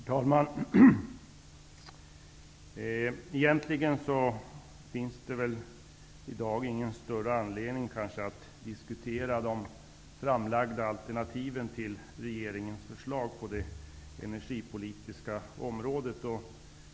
Herr talman! Egentligen finns det i dag ingen större anledning att diskutera de framlagda alternativen till regeringens förslag på det energipolitiska området.